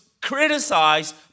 criticized